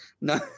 No